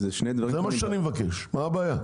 זה מה שאני מבקש מה הבעיה.